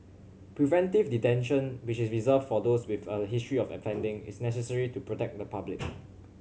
preventive detention which is reserved for those with a history of offending is necessary to protect the public